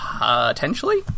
potentially